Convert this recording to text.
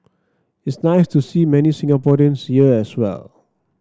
it's nice to see many Singaporeans here as well